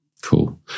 cool